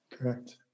correct